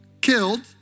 killed